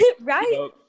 Right